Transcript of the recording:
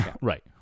right